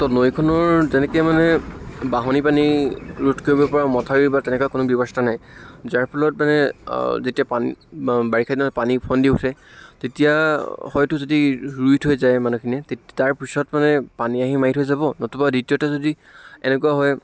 ত' নৈখনৰ যেনেকৈ মানে বাঢ়নি পানী ৰোধ কৰিব পৰা মথাউৰি বা তেনেকা কোনো ব্য়ৱস্থা নাই যাৰ ফলত মানে যেতিয়া পানী বাৰিষা দিনত পানী উফন্দি উঠে তেতিয়া হয়তো যদি ৰুই থৈ যায় মানুহখিনিয়ে তে তাৰ পিছত মানে পানী আহি মাৰি থৈ যাব নতুবা দ্বিতীয়তে যদি এনেকুৱা হয়